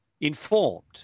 informed –